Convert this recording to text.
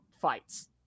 fights